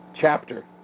chapter